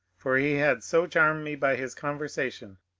for he had so charmed me by his conversation,